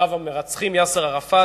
רב המרצחים יאסר ערפאת.